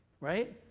Right